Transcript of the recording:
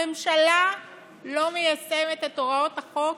הממשלה לא מיישמת את הוראות החוק